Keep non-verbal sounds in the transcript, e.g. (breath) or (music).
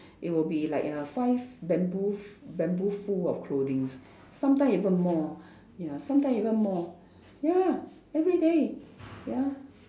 it will be like a five bamboo bamboo full of clothings sometimes even more (breath) ya sometimes even more ya everyday ya